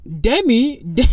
Demi